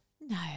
No